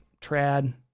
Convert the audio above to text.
trad